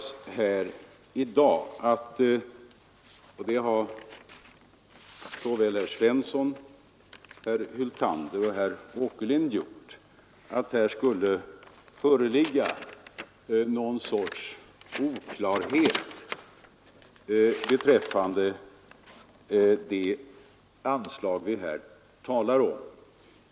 Såväl herr Svensson som herr Hyltander och herr Åkerlind har påpekat att det skulle föreligga någon sorts oklarhet beträffande det anslag vi talar om.